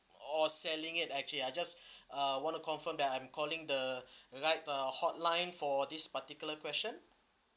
or selling it actually I just uh want to confirm that I'm calling the right uh hotline for this particular question